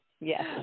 Yes